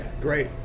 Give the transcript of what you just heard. great